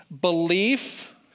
belief